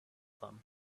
them